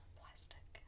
plastic